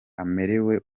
amerewe